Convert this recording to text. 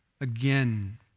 again